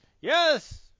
yes